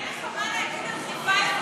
כי אין לך מה להגיד על חיפה יותר?